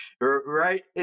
right